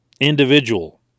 individual